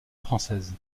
française